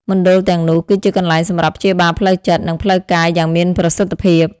មណ្ឌលទាំងនោះគឺជាកន្លែងសម្រាប់ព្យាបាលផ្លូវចិត្ត និងផ្លូវកាយយ៉ាងមានប្រសិទ្ធភាព។